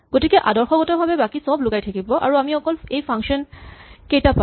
গতিকে আদৰ্শগত ভাৱে বাকী চব লুকাই থাকিব আৰু আমি অকল এই ফাংচন কেইটা পাম